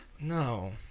no